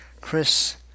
Chris